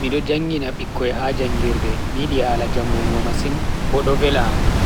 Mido jangina bikkoi ha jangirde, mi yidi hala jangugo masin, bo do vela am.